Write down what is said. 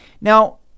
Now